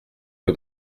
que